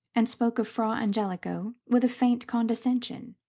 and spoke of fra angelico with a faint condescension.